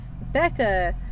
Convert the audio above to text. becca